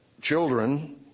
children—